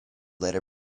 later